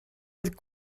oedd